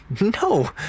No